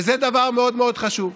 וזה דבר מאוד מאוד חשוב.